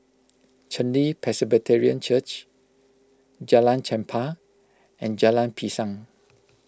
Chen Li Presbyterian Church Jalan Chempah and Jalan Pisang